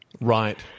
Right